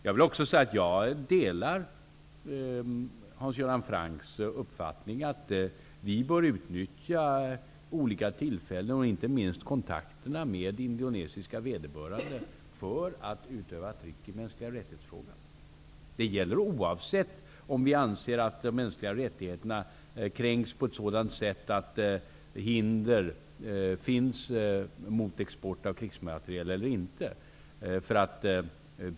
Jag delar Hans Göran Francks uppfattning att vi bör utnyttja olika tillfällen, och inte minst kontakterna med indonesiska företrädare, för att utöva ett tryck i frågan om de mänskliga rättigheterna. Det gäller oavsett om vi anser att de mänskliga rättigheterna kränks på ett sådant sätt att det finns hinder för export av krigsmateriel eller inte.